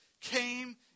came